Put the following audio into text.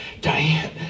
Diane